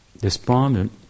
despondent